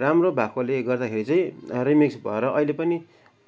राम्रो भएकोले गर्दाखेरि चाहिँ रिमिक्स भएर अहिले पनि